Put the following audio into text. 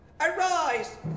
Arise